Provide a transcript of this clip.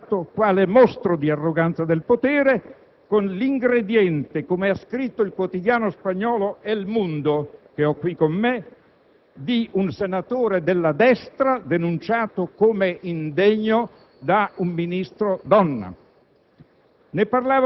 seguenti al fatto, quale "mostro di arroganza" del potere, con l'ingrediente, come ha scritto il quotidiano spagnolo «*El Mundo*» (che ho qui con me), di un "senatore della destra denunciato come indegno da un Ministro donna".